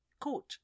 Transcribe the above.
court